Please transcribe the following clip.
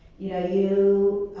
yeah you